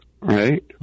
right